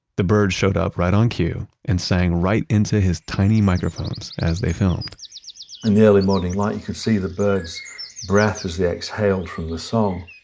the bird showed up right on cue and sang right into his tiny microphones as they filmed in the early morning light, you can see the birds' breathe as they exhaled from the song